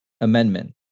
amendment